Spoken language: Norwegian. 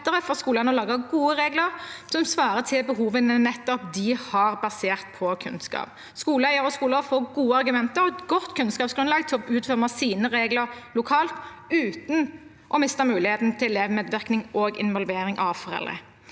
for skoleeiere å lage gode regler som svarer til behovene de har, basert på kunnskap. Skoleeier og skoler får gode argumenter og et godt kunnskapsgrunnlag til å utforme sine regler lokalt uten å miste muligheten til elevmedvirkning og involvering av foreldre.